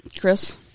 Chris